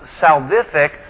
salvific